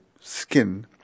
skin